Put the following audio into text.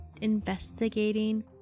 investigating